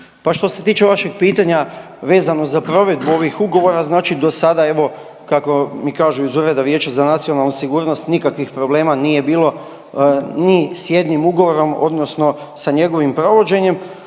Pa što se tiče vašeg pitanja vezano za provedbu ovih ugovora znači do sada, evo kako mi kažu iz Ureda vijeća za nacionalnu sigurnost, nikakvih problema nije bilo. Ni s jednim ugovorom, odnosno sa njegovim provođenjem.